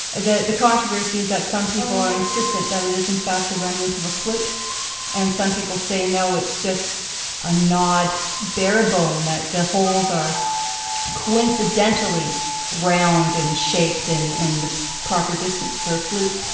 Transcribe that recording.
the the controversy is that some people are insistent that it is in fact a remnant of a flute and some people say no, it's just a gnawed bearer bone, that the holes are coincidentally round and shaped in and the proper distance for a flute.